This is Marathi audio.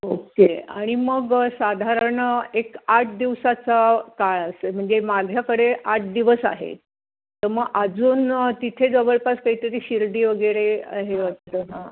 ओक्के आणि मग साधारण एक आठ दिवसांचा काळ असं आहे म्हणजे माझ्याकडे आठ दिवस आहेत तर मग अजून तिथे जवळपास काहीतरी शिर्डी वगैरे आहे वाटतं हां